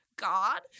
God